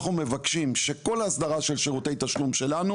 אנחנו מבקשים שכל האסדרה של שירותי תשלום שלנו,